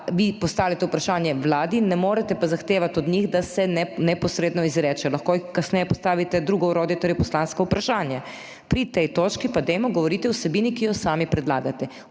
vi postavljate vprašanje Vladi, ne morete pa zahtevati od njih, da se neposredno izreče, lahko kasneje postavite drugo orodje, torej poslansko vprašanje. Pri tej točki pa dajmo govoriti o vsebini, ki jo sami predlagate.